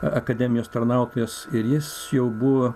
akademijos tarnautojas ir jis jau buvo